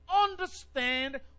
understand